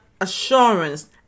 assurance